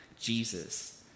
Jesus